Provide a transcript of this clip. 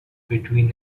between